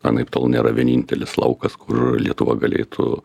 anaiptol nėra vienintelis laukas kur lietuva galėtų